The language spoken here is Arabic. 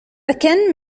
كين